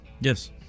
Yes